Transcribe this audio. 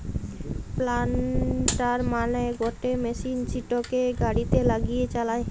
planter মানে গটে machine সিটোকে গাড়িতে লাগিয়ে চালায়